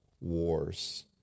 wars